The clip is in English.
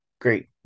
great